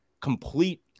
complete